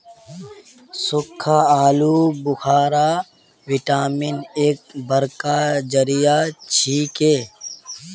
सुक्खा आलू बुखारा विटामिन एर बड़का जरिया छिके